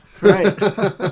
Right